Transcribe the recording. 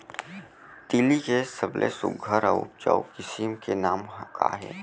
तिलि के सबले सुघ्घर अऊ उपजाऊ किसिम के नाम का हे?